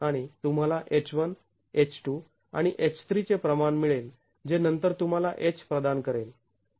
आणि तुम्हाला H 1 H 2 आणि H 3 चे प्रमाण मिळेल जे नंतर तुम्हाला H प्रदान करेल